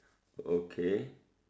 okay